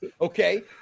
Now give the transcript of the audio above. Okay